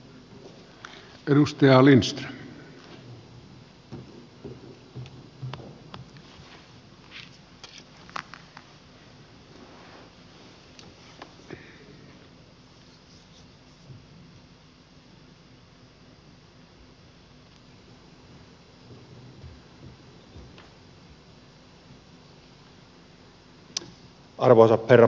arvoisa herra puhemies